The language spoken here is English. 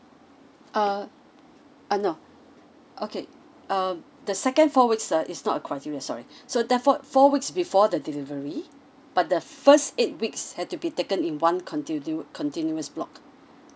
uh ah no okay um the second four weeks ah is not a criteria sorry so therefore four weeks before the delivery but the first eight weeks have to be taken in one continue~ continuous block